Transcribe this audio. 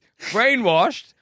brainwashed